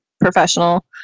professional